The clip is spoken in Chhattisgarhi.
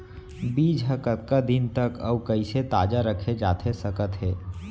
बीज ह कतका दिन तक अऊ कइसे ताजा रखे जाथे सकत हे?